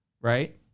right